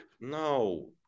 No